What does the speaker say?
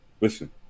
Listen